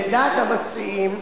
לדעת המציעים,